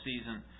season